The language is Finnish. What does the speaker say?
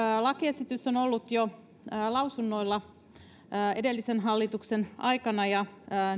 lakiesitys on ollut lausunnoilla jo edellisen hallituksen aikana ja